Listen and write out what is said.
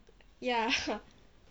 ya